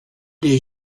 des